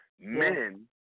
men